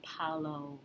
Apollo